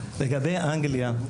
לגבי אנגליה,